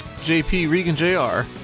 jpreganjr